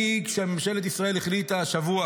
כשממשלת ישראל החליטה השבוע